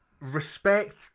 respect